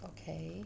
okay